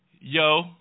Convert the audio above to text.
yo